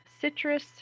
citrus